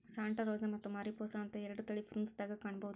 Santa Rosa ಮತ್ತ Mariposa ಅಂತ ಎರಡು ತಳಿ ಪ್ರುನ್ಸ್ ದಾಗ ಕಾಣಬಹುದ